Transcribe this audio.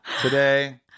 today